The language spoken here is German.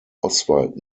oswald